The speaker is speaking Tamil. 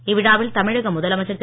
இவ்விழாவில் தமிழக முதலமைச்சர் திரு